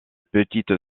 petite